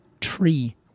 tree